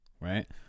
right